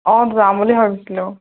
অঁ যাম বুলি ভাবিছিলোঁ